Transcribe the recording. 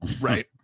right